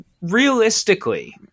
realistically